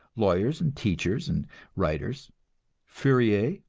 lawyers and teachers and writers fourier,